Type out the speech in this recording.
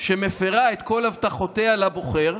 שמפירה את כל הבטחותיה לבוחר.